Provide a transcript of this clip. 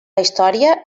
història